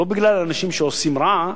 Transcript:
לא בגלל אנשים שעושים רע,